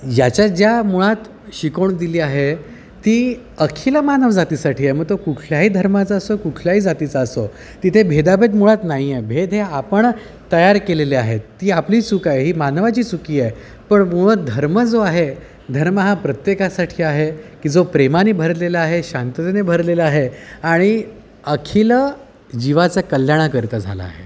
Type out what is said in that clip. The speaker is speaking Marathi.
याच्या ज्या मुळात शिकवण दिली आहे ती अखिल मानव जातीसाठी आहे मग तो कुठल्याही धर्माचा असो कुठल्याही जातीचा असो तिथे भेदाभेद मुळात नाही आहे भेद हे आपण तयार केलेले आहेत ती आपली चुक आहे ही मानवाची चुकी आहे पण मुळात धर्म जो आहे धर्म हा प्रत्येकासाठी आहे की जो प्रेमाने भरलेला आहे शांततेने भरलेला आहे आणि अखिल जीवाच्या कल्याणा करता झाला आहे